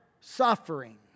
suffering